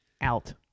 out